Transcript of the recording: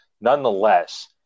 nonetheless